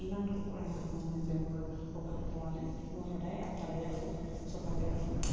ইমান কুকুৰা হাঁহৰ মানে বেমাৰ প্ৰভাৱ পৰা নাই মই সদায় আপডালে ৰাখোঁ চফাকৈ ৰাখোঁ